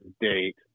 date